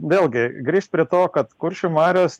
vėlgi grįš prie to kad kuršių marios